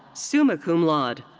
summa cum laude.